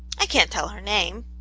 i can't tell her name.